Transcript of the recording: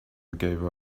gave